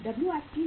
WFG 090 है